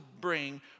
bring